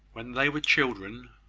when they were children,